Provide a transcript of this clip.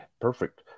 Perfect